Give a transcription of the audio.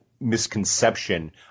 misconception